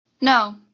No